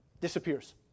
Disappears